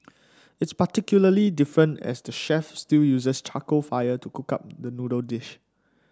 it's particularly different as the chef still uses charcoal fire to cook up the noodle dish